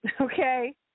Okay